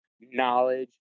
knowledge